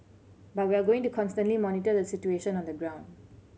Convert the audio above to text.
but we are going to constantly monitor the situation on the ground